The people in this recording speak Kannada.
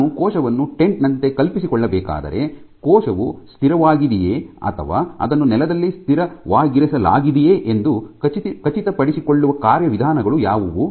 ನಾನು ಕೋಶವನ್ನು ಟೆಂಟ್ ನಂತೆ ಕಲ್ಪಿಸಿಕೊಳ್ಳಬೇಕಾದರೆ ಕೋಶವು ಸ್ಥಿರವಾಗಿದೆಯೆ ಅಥವಾ ಅದನ್ನು ನೆಲದಲ್ಲಿ ಸ್ಥಿರವಾಗಿರಿಸಲಾಗಿದೆಯೆ ಎಂದು ಖಚಿತಪಡಿಸಿಕೊಳ್ಳುವ ಕಾರ್ಯವಿಧಾನಗಳು ಯಾವುವು